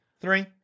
Three